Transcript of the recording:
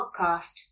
podcast